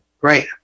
Great